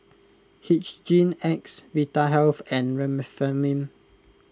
Hygin X Vitahealth and Remifemin